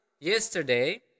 yesterday